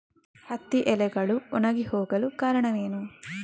ಹತ್ತಿ ಎಲೆಗಳು ಒಣಗಿ ಹೋಗಲು ಕಾರಣವೇನು?